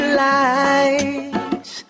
lights